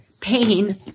pain